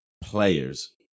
players